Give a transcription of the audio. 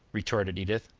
retorted edith.